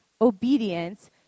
obedience